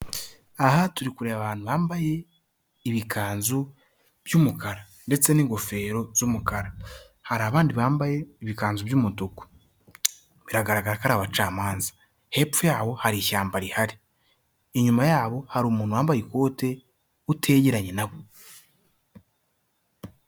Aha turi kureba abantu bambaye ibikanzu by'umukara ndetse n'ingofero z'umukara. Hari abandi bambaye ibikanzu by'umutuku. Biragaragara ko ari abacamanza. Hepfo yabo hari ishyamba rihari. Inyuma yabo hari umuntu wambaye ikote utetegeranye nabo.